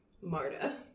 Marta